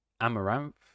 Amaranth